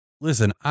listen